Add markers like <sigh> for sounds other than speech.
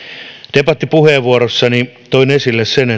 debattipuheenvuorossani toin esille sen <unintelligible>